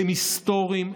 הם היסטוריים,